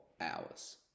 hours